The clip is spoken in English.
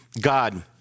God